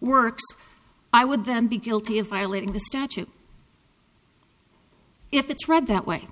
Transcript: works i would then be guilty of violating the statute if it's read that way